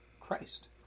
Christ